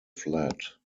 flat